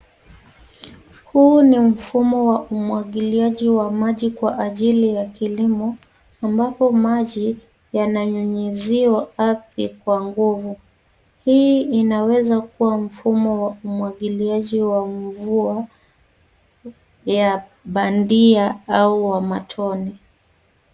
Huu ni mvumo wa umwagiliaji wa maji kwa ajili ya kilimo ,ambapo maji yananyunyiziwa ardhi kwa nguvu. Hii inaweza kuwa mfumo wa umwagiliaji wa mvua ya bandio au wa matone.